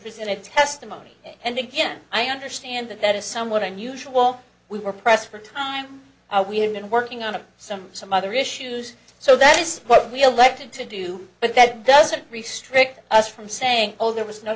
presented testimony and again i understand that that is somewhat unusual we were pressed for time we have been working on some some other issues so that is what we elected to do but that doesn't restrict us from saying all there was no